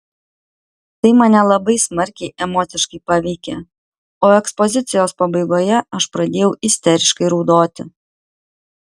tai mane labai smarkiai emociškai paveikė o ekspozicijos pabaigoje aš pradėjau isteriškai raudoti